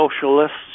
socialists